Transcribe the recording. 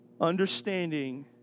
understanding